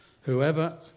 Whoever